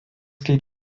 kaip